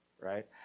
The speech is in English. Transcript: Right